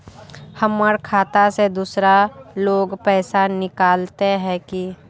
हमर खाता से दूसरा लोग पैसा निकलते है की?